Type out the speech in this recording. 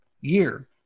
year